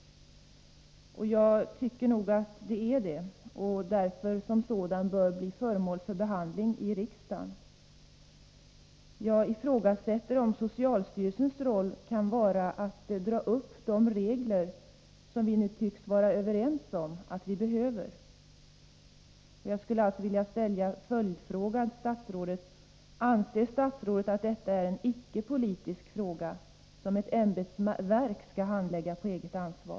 Jag tycker nog att den är det, och som sådan bör den bli föremål för behandling i riksdagen. Jag ifrågasätter om socialstyrelsens roll kan vara att dra upp de regler som vi nu tycks vara överens om att vi behöver. Jag skulle vilja ställa en följdfråga till statsrådet: Anser statsrådet att detta är en icke-politisk fråga, som ett ämbetsverk skall handlägga på eget ansvar?